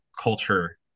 culture